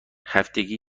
هفتگی